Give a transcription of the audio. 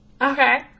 Okay